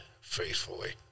faithfully